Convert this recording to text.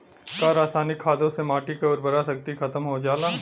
का रसायनिक खादों से माटी क उर्वरा शक्ति खतम हो जाला?